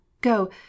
go